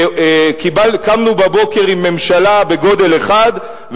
שהיתה ממשלה בגודל אחד,